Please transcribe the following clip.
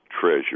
treasure